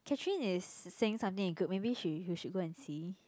Catherine is saying something in the group maybe she you should go and see